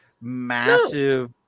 massive